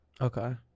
Okay